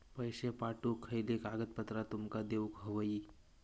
पैशे पाठवुक खयली कागदपत्रा तुमका देऊक व्हयी?